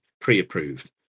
pre-approved